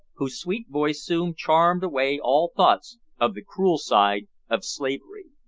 whose sweet voice soon charmed away all thoughts of the cruel side of slavery.